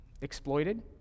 exploited